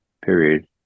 period